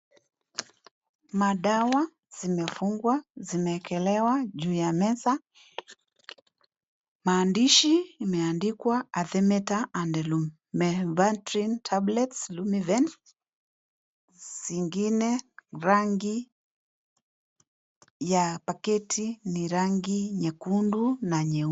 Madawa zimefungwa, zimekelewa juu ya meza. Maandishi imeandikwa Artemether & Lumefantrine Tablets Lumifen. zingine rangi ya paketi ni rangi nyekundu na nyeupe.